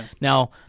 Now